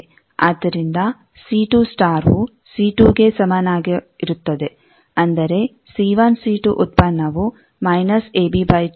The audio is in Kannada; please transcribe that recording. ಆದ್ದರಿಂದ ವು c2 ಗೆ ಸಮಾನವಾಗಿರುತ್ತದೆ ಅಂದರೆ ಉತ್ಪನ್ನವು ಇದು ಸಮೀಕರಣ 1